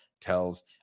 tells